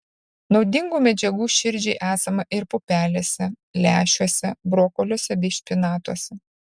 naudingų medžiagų širdžiai esama ir pupelėse lęšiuose brokoliuose bei špinatuose